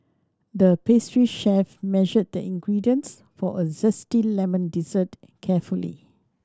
the pastry chef measured the ingredients for a zesty lemon dessert carefully